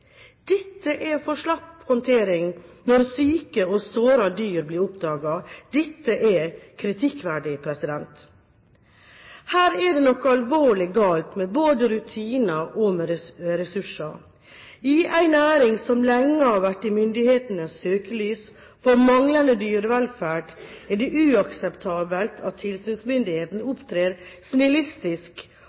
Dette er for slapp håndtering når syke og sårede dyr blir oppdaget. Dette er kritikkverdig! Her er det noe alvorlig galt med både rutiner og ressurser. I en næring som lenge har vært i myndighetenes søkelys for manglende dyrevelferd, er det uakseptabelt at tilsynsmyndighetene opptrer